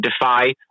defy